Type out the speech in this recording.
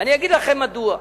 ואני אגיד לכם מדוע.